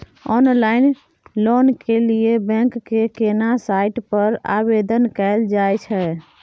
Online loan के लिए bank के केना साइट पर आवेदन कैल जाए छै?